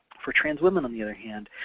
for trans women, on the other hand,